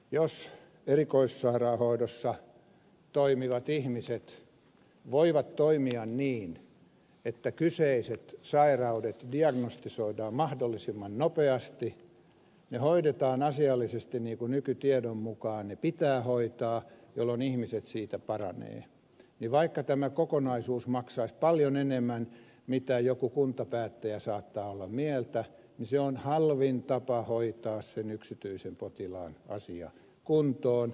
jos erikoissairaanhoidossa toimivat ihmiset voivat toimia niin että kyseiset sairaudet diagnostisoidaan mahdollisimman nopeasti ne hoidetaan asiallisesti niin kuin nykytiedon mukaan ne pitää hoitaa jolloin ihmiset siitä paranevat niin vaikka tämä kokonaisuus maksaisi paljon enemmän kuin mitä mieltä joku kuntapäättäjä saattaa olla niin se on halvin tapa hoitaa sen yksityisen potilaan asia kuntoon